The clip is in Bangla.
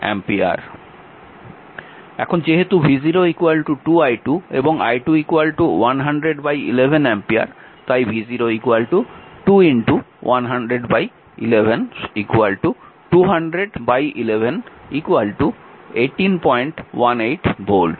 এখন যেহেতু v0 2i2 এবং i2 100 11 অ্যাম্পিয়ার তাই v0 2 100 11 200 11 1818 ভোল্ট